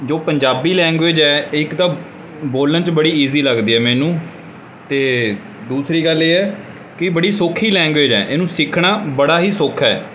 ਜੋ ਪੰਜਾਬੀ ਲੈਂਗੁਏਜ ਹੈ ਇੱਕ ਤਾਂ ਬੋਲਣ 'ਚ ਬੜੀ ਈਜ਼ੀ ਲੱਗਦੀ ਹੈ ਮੈਨੂੰ ਅਤੇ ਦੂਸਰੀ ਗੱਲ ਇਹ ਹੈ ਕਿ ਬੜੀ ਸੌਖੀ ਲੈਂਗੁਏਜ ਹੈ ਇਹਨੂੰ ਸਿੱਖਣਾ ਬੜਾ ਹੀ ਸੌਖਾ ਹੈ